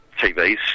TVs